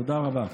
תודה רבה.